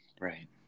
Right